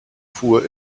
fuhr